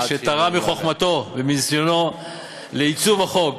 שתרם מחוכמתו ומניסיונו לעיצוב החוק.